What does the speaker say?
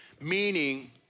Meaning